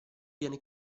viene